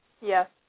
Yes